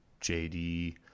jd